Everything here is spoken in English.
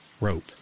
rope